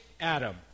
Adam